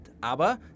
aber